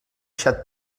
xat